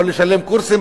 יכול לשלם על קורסים